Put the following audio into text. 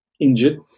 injured